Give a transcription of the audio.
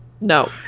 No